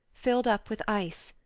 filled up with ice,